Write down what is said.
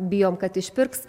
bijom kad išpirks